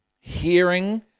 hearing